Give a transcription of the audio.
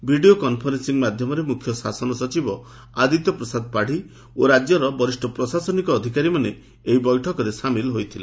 video conferencing ମାଧ୍ଘମରେ ମୁଖ୍ୟ ଶାସନ ସଚିବ ଆଦିତ୍ୟ ପ୍ରସାଦ ପାଢ଼ୀ ଓ ରାଜ୍ୟର ବରିଷ ପ୍ରଶାସନିକ ଅଧିକାରୀ ଏହି ବୈଠକରେ ସାମିଲ ହୋଇଥିଲେ